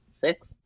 Six